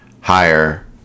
higher